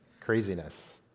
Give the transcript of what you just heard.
craziness